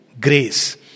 grace